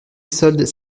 soldes